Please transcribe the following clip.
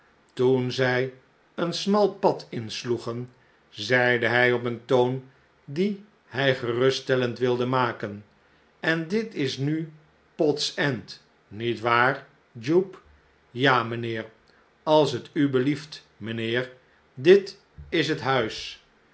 toen zij een smal pad insloegen zeide hij op een toon dien hij geruststellend wilde maken en dit is nu p o d's end niet waar jupe ja mijnheer als t u belleft mijnheer dit is het huis